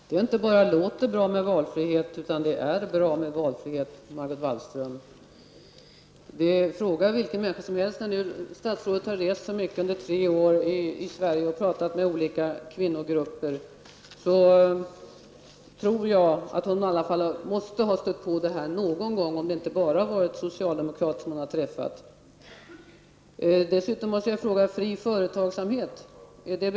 Fru talman! Det inte bara låter bra med valfrihet utan det är också bra med valfrihet, Margot Wallström. Fråga vilken människa som helst om det. Statsrådet Margot Wallström har ju under tre år rest mycket och talat med olika kvinnogrupper. Därför måste hon någon gång ha stött på detta, såvida hon inte har träffat enbart socialdemokrater. Jag måste vidare fråga om begreppet fri företagsamhet är känt.